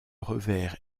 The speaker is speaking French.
revers